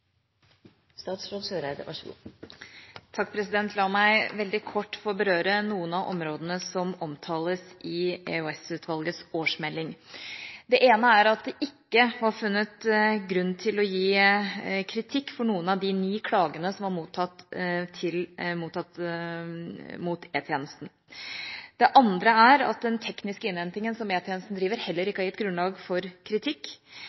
La meg veldig kort få berøre noen av områdene som omtales i EOS-utvalgets årsmelding. Det ene er at det ikke var funnet grunn til å gi kritikk for noen av de ni klagene som er mottatt mot E-tjenesten. Det andre er at den tekniske innhentinga som E-tjenesten driver, heller ikke har gitt grunnlag for kritikk.